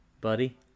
Buddy